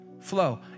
Flow